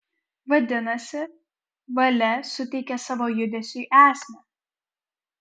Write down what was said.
vadinasi valia suteikia savo judesiui esmę